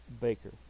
Baker